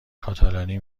کاتالانی